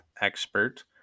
expert